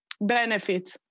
benefit